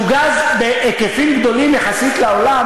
שהוא גז בהיקפים גדולים יחסית לעולם,